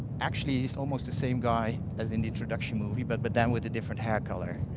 actually, he's almost the same guy as in the introduction movie but but then with a different hair color.